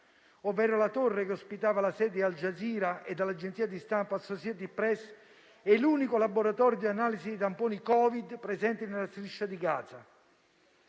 ovvero la torre che ospitava la sede di Al Jazeera e l'agenzia di stampa Associated Press, e l'unico laboratorio di analisi di tamponi Covid presente nella striscia di Gaza.